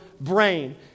brain